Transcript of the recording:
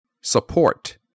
Support